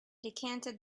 decanted